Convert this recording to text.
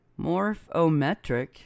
Morphometric